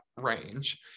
range